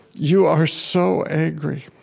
you are so angry.